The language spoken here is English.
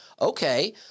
okay